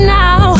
now